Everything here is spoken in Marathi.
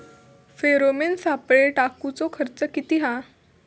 फेरोमेन सापळे टाकूचो खर्च किती हा?